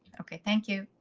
okay. thank you.